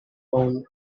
bowl